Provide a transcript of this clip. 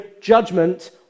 judgment